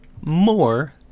more